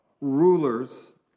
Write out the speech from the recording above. rulers